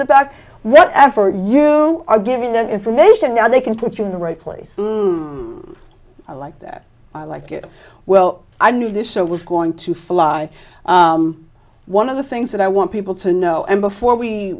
back whatever you are giving that information now they can put you in the right place i like that i like it well i knew this so was going to fly one of the things that i want people to know and before we